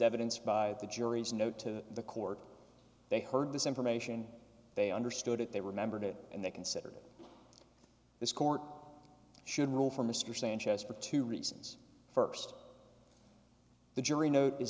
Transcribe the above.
evidence by the jury's note to the court they heard this information they understood it they remembered it and they considered this court should rule for mr sanchez for two reasons st the jury note is